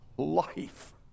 Life